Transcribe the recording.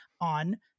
on